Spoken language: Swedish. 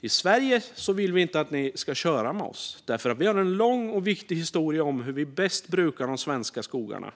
I Sverige vill vi inte att ni ska köra med oss, för vi har en lång och viktig historia om hur vi bäst brukar de svenska skogarna.